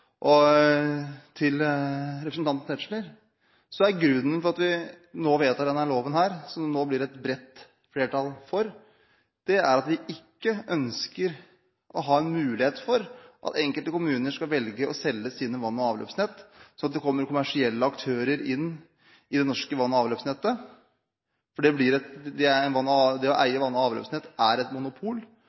vedtar denne loven, som det nå blir et bredt flertall for, er at vi ikke ønsker å ha en mulighet for at enkelte kommuner skal velge å selge sine vann- og avløpsnett, så det kommer kommersielle aktører inn i det norske vann- og avløpsnettet. Det å eie vann- og avløpsnett er et monopol, og en privat kommersiell aktør som da vil eie